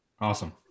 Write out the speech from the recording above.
Awesome